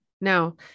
No